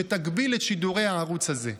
שתגביל את שידורי הערוץ הזה.